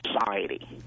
society